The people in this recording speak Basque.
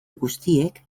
guztiek